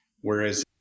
Whereas